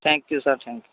thank you sir thank you